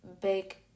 big